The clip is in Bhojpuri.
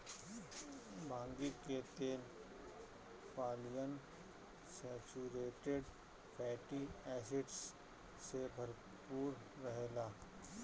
भांगी के तेल पालियन सैचुरेटेड फैटी एसिड से भरपूर रहेला